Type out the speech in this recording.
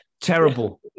Terrible